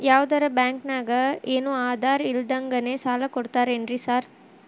ಯಾವದರಾ ಬ್ಯಾಂಕ್ ನಾಗ ಏನು ಆಧಾರ್ ಇಲ್ದಂಗನೆ ಸಾಲ ಕೊಡ್ತಾರೆನ್ರಿ ಸಾರ್?